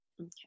Okay